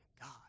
God